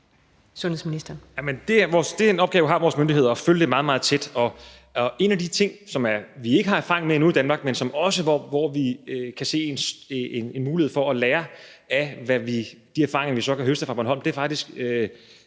Sundhedsministeren (Magnus Heunicke): Den opgave har vores myndigheder, nemlig at følge det meget, meget tæt. En af de ting, vi ikke har erfaring med endnu i Danmark, men hvor vi kan se en mulighed for at lære af de erfaringer, vi kan høste fra Bornholm, er faktisk